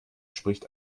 spricht